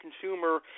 consumer